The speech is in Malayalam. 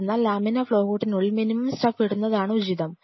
അതിനാൽ ലാമിനാർ ഫ്ലോ ഹൂഡിനുള്ളിൽ മിനിമം സ്റ്റഫ് ഇടുന്നതാണ് ഉചിതം